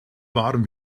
warm